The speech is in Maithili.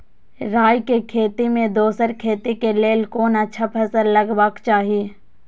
राय के खेती मे दोसर खेती के लेल कोन अच्छा फसल लगवाक चाहिँ?